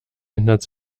ändert